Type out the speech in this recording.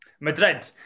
Madrid